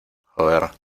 joder